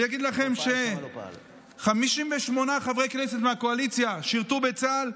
אני אגיד לכם ש-58 חברי כנסת מהקואליציה שירתו בצה"ל.